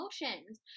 emotions